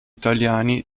italiani